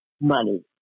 money